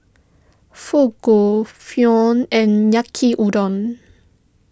Fugu Pho and Yaki Udon